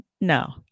No